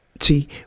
See